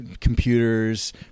computers